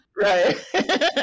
Right